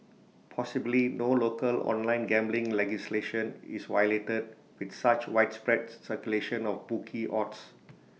possibly no local online gambling legislation is violated with such widespread circulation of bookie odds